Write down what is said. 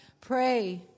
Pray